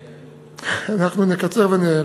אנחנו נקצר ונייעל.